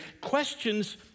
questions